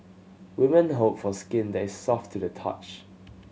women hope for skin that is soft to the touch